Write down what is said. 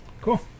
cool